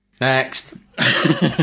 Next